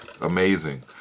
amazing